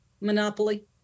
Monopoly